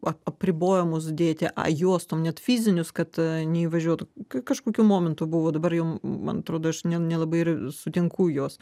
apribojimus dėti a juostom net fizinius kad neįvažiuotų kažkokiu momentu buvo dabar jau man atrodo aš ne nelabai ir sutinku juos